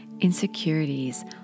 Insecurities